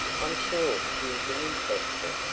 i'm sure you'll be interested,